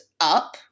up